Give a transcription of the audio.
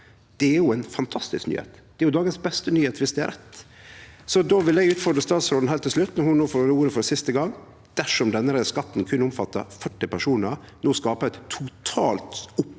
Det er jo ein fantastisk nyheit. Det er dagens beste nyheit, viss det er rett. Då vil eg utfordre statsråden heilt til slutt, når ho no får ordet for siste gong. Dersom den skatten som berre omfattar 40 personar, no skapar totalt opprør